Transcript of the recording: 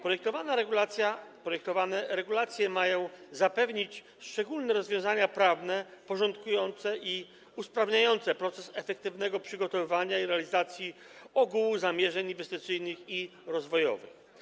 Projektowane regulacje mają zapewnić szczególne rozwiązania prawne porządkujące i usprawniające proces efektywnego przygotowywania i realizacji ogółu zamierzeń inwestycyjnych i rozwojowych.